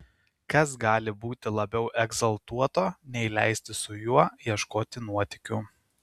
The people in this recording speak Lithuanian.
kas gali būti labiau egzaltuoto nei leistis su juo ieškoti nuotykių